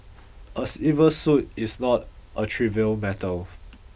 a civil suit is not a trivial matter